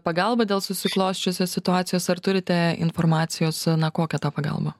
pagalbą dėl susiklosčiusios situacijos ar turite informacijos kokia ta pagalba